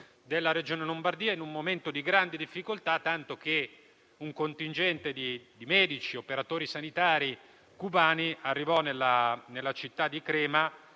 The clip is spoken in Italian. della Regione Lombardia. Eravamo in un momento di grandi difficoltà, tanto che un contingente di medici e operatori sanitari cubani arrivò nella città di Crema